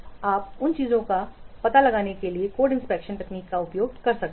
आप उन चीजों का पता लगाने के लिए इन कोड इंस्पेक्शन तकनीकों का उपयोग कर सकते हैं